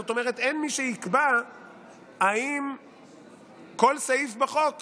זאת אומרת אין מי שיקבע אם כל סעיף בחוק